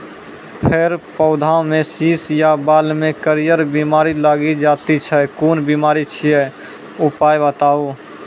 फेर पौधामें शीश या बाल मे करियर बिमारी लागि जाति छै कून बिमारी छियै, उपाय बताऊ?